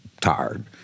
tired